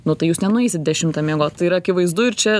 nu tai jūs nenueisit dešimtą miegot tai yra akivaizdu ir čia